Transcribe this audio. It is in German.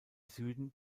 süden